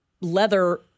leather